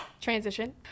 transition